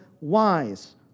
wise